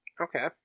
Okay